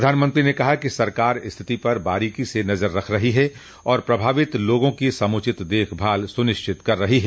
प्रधानमंत्री ने कहा कि सरकार स्थिति पर बारीकी से नजर रख रही है और प्रभावित लोगों का समुचित देखभाल सुनिश्चित कर रही है